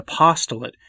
apostolate